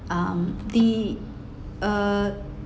um the err